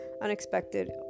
unexpected